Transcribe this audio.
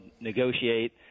negotiate